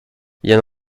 bien